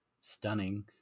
stunning